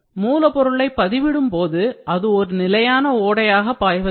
மூலப்பொருளை பதிவிடும் போது அது ஒரு நிலையான ஓடையாக பாய்வதில்லை